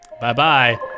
Bye-bye